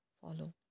follow